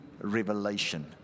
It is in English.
revelation